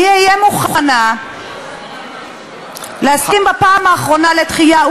אני אהיה מוכנה להסכים בפעם האחרונה לדחייה,